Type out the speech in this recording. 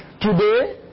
Today